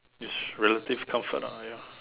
it's relative comfort ah ya